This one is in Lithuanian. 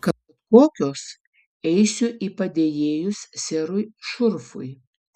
kad kokios eisiu į padėjėjus serui šurfui